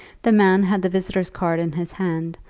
the man had the visitor's card in his hand,